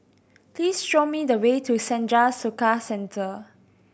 please show me the way to Senja Soka Centre